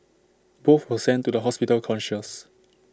both were sent to the hospital conscious